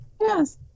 Yes